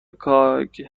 کاگب